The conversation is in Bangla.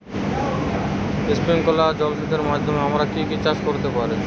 স্প্রিংকলার জলসেচের মাধ্যমে আমরা কি কি চাষ করতে পারি?